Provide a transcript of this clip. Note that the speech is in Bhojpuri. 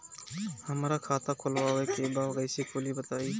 हमरा खाता खोलवावे के बा कइसे खुली बताईं?